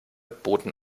boten